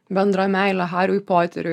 bendra meile hariui poteriui